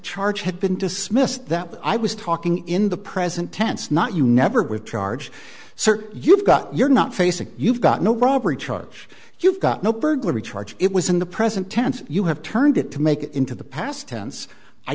charge had been dismissed that the i was talking in the present tense not you never with charge sir you've got you're not facing you've got no robbery charge you've got no burglary charge it was in the present tense you have turned it to make it into the past tense i